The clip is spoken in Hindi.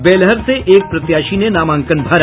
बेलहर से एक प्रत्याशी ने नामांकन भरा